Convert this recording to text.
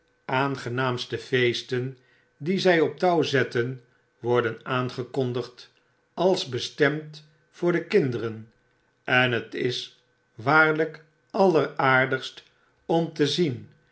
aangenaamste feesten die zij op touw zetten worden aangekondigd als bestemd voor de kinderen en het is waarljjkalleraardigstom te zien